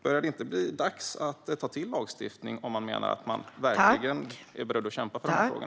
Börjar det inte bli dags att ta till lagstiftning om man verkligen är beredd att kämpa för dessa frågor?